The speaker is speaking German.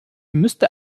müsste